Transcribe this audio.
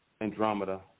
Andromeda